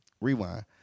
Rewind